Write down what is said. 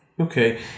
Okay